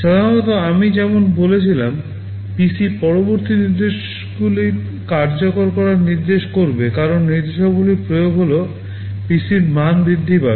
সাধারণত আমি যেমন বলেছিলাম PC পরবর্তী নির্দেশগুলি কার্যকর করার নির্দেশ করবে কারণ নির্দেশাবলীর প্রয়োগ হল PCর মান বৃদ্ধি পাবে